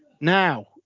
now